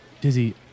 dizzy